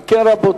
אם כן, רבותי,